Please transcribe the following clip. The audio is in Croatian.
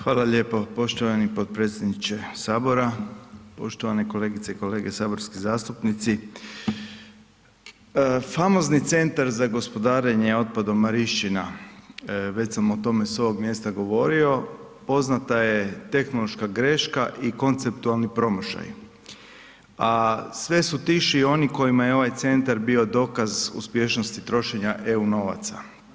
Hvala lijepo poštovani potpredsjedniče HS, poštovane kolegice i kolege saborski zastupnici, famozni Centar za gospodarenje otpadom Marišćina, već sam o tome s ovog mjesta govorio, poznata je tehnološka greška i konceptualni promašaj, a sve su tiši oni kojima je ovaj centar bio dokaz uspješnosti trošenja EU novaca.